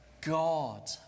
God